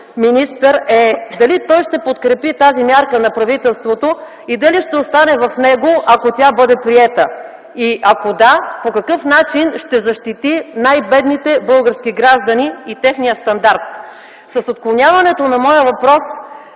министър е: дали той ще подкрепи тази мярка на правителството и дали ще остане в него, ако тя бъде приета? Ако да – по какъв начин ще защити най-бедните български граждани и техния стандарт? С отклоняването на моя въпрос